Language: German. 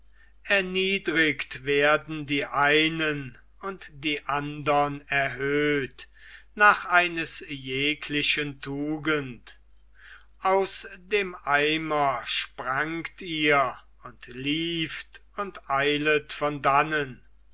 erniedrigt werden die einen und die andern erhöht nach eines jeglichen tugend aus dem eimer sprangt ihr und lieft und eiltet von dannen